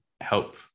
help